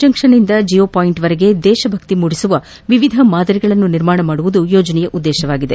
ಜಂಕ್ಷನ್ನಿಂದ ಜಿಯೋ ಪಾಯಿಂಟ್ವರೆಗೆ ದೇಶಭಕ್ತಿ ಮೂಡಿಸುವ ವಿವಿಧ ಮಾದರಿಗಳನ್ನು ನಿರ್ಮಿಸುವುದು ಯೋಜನೆಯ ಉದ್ವೇಶವಾಗಿದೆ